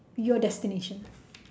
your destination